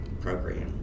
program